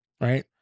Right